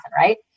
right